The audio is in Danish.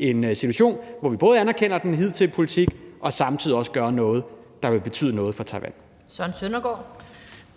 en situation, hvor vi både anerkender den hidtidige politik og samtidig også gør noget, der vil betyde noget for Taiwan. Kl.